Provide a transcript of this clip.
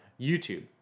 YouTube